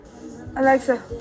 Alexa